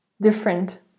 different